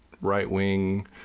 right-wing